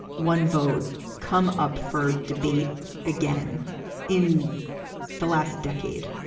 one vote come up for debate again in the last decade?